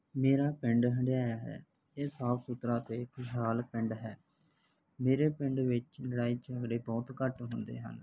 ਮੇਰਾ ਪਿੰਡ ਹੰਡਿਆਇਆ ਹੈ ਇਹ ਸਾਫ ਸੁਥਰਾ ਅਤੇ ਖੁਸ਼ਹਾਲ ਪਿੰਡ ਹੈ ਮੇਰੇ ਪਿੰਡ ਵਿੱਚ ਬਹੁਤ ਘੱਟ ਹੁੰਦੇ ਹਨ